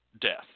death